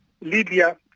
Libya